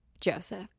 Joseph